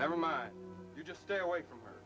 never mind you just stay away from